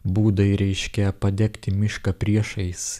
būdai reiškia padegti mišką priešais